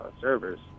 servers